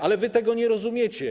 Ale wy tego nie rozumiecie.